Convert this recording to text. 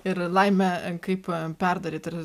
ir laimę kaip perdaryt ir